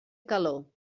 calor